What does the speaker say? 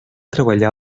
treballar